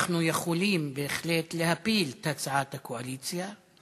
אנחנו יכולים בהחלט להפיל את הצעת הקואליציה.